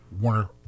warner